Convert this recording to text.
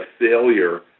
failure